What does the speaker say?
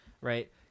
right